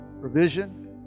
provision